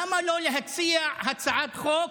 למה לא להציע הצעת חוק